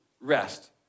rest